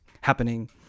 happening